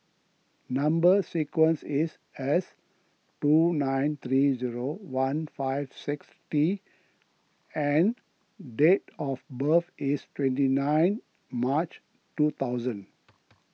Number Sequence is S two nine three zero one five six T and date of birth is twenty nine March two thousand